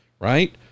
right